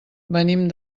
venim